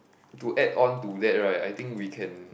to add on to that right I think we can